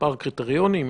מספר קריטריונים.